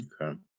Okay